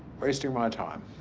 wasting my time.